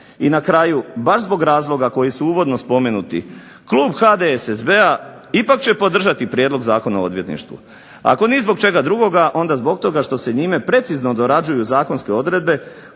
I na kraju baš zbog razloga koji su uvodno spomenuti, klub HDSSB-a ipak će podržati prijedlog Zakona o odvjetništvu. Ako ni zbog čega drugoga, onda zbog toga što se njime precizno dorađuju zakonske odredbe